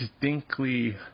distinctly